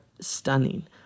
stunning